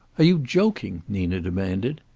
are you joking? nina demanded.